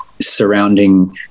surrounding